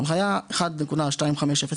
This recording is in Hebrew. הנחיה 1.2500,